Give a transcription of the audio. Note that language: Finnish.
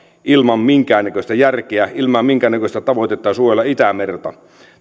ilman minkäännäköistä järkeä ilman minkäännäköistä tavoitetta suojella itämerta